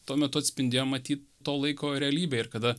tuo metu atspindėjo matyt to laiko realybėj ir kada